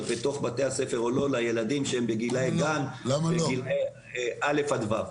בתוך בתי הספר או לא לילדים שהם בגילי גן וגיל א' ו'.